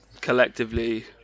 collectively